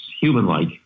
human-like